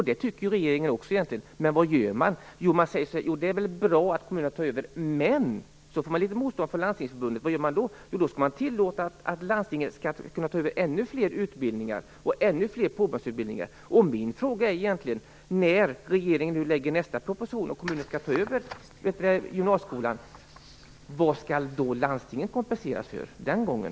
Det tycker regeringen också, men vad gör man? Man säger att det bra att kommunerna tar över, men så får man litet motstånd från Landstingsförbundet, och vad gör man då? Jo, då skall man tillåta att landstingen tar över ännu fler utbildningar och påbyggnadsutbildningar. Min fråga är egentligen: När regeringen nu lägger fram nästa proposition och kommunerna skall ta över gymnasieskolan - för vad skall landstingen kompenseras den gången?